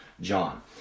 John